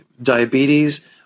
Diabetes